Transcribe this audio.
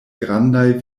grandaj